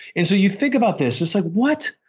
and so you think about this. it's like, what?